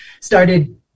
started